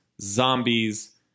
zombies